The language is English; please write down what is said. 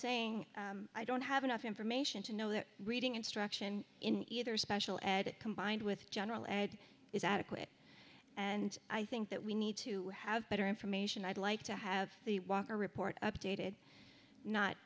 saying i don't have enough information to know that reading instruction in either special ed combined with general ed is adequate and i think that we need to have better information i'd like to have the walker report updated not